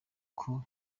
uko